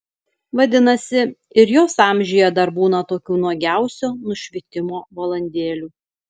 vadinasi ir jos amžiuje dar būna tokių nuogiausio nušvitimo valandėlių